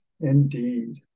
indeed